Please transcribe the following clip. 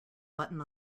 button